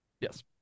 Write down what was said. Yes